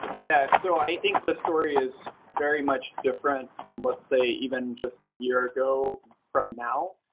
yeah. so i think the story is very much different, let's say, even just a year ago from now.